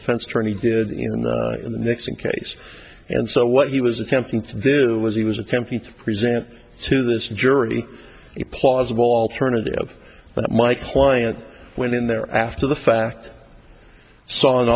defense attorney did in the in the nixon case and so what he was attempting to do was he was attempting to present to this jury a plausible alternative but my client went in there after the fact saw an